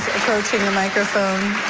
approaching the microphone.